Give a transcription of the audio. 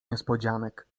niespodzianek